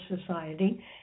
Society